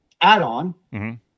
add-on